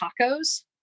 tacos